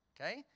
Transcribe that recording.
Okay